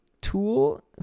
tool